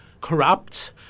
corrupt